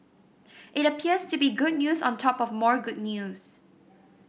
it appears to be good news on top of more good news